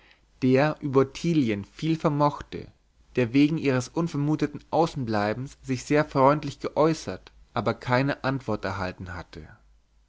der über ottilien viel vermochte der wegen ihres unvermuteten außenbleibens sich sehr freundlich geäußert aber keine antwort erhalten hatte